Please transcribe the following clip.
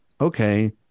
okay